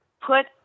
put